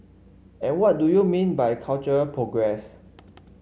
and what do you mean by cultural progress